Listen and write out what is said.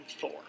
Thor